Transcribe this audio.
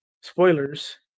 spoilers –